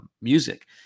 music